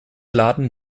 laden